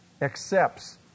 accepts